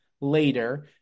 later